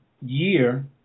year